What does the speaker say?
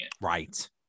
right